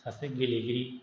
सासे गेलेगिरि